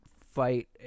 fight